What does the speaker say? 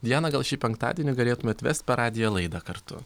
diana gal šį penktadienį galėtumėt vest per radiją laidą kartu